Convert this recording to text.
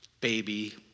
baby